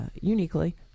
uniquely